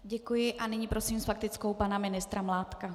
Děkuji a nyní prosím s faktickou pana ministra Mládka.